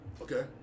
Okay